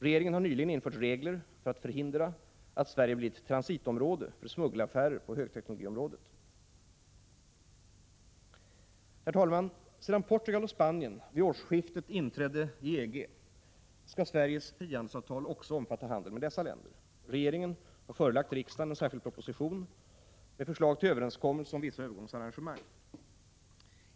Regeringen har nyligen infört regler för att förhindra att Sverige blir ett transitområde för smuggelaffärer för högteknologiområdet. Herr talman! Sedan Portugal och Spanien vid årsskiftet inträdde i EG skall Sveriges frihandelsavtal också omfatta handeln med dessa länder. Regeringen har förelagt riksdagen en särskild proposition med förslag till överenskommelse om vissa övergångsarrangemang.